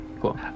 cool